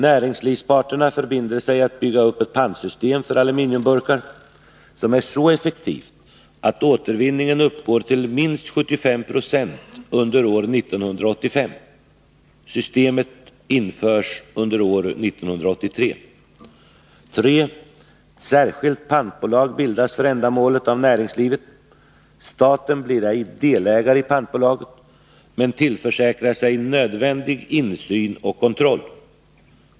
Näringslivsparterna förbinder sig att bygga upp ett pantsystem för aluminiumburkar som är så effektivt att återvinningen uppgår till minst 75 96 under år 1985. Systemet införs under år 1983. 3. Ettsärskilt pantbolag bildas av näringslivet för ändamålet. Staten blir ej delägare i pantbolaget men tillförsäkrar sig nödvändig insyn och kontroll.